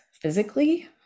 physically